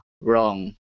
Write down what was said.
wrong